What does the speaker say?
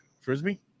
Frisbee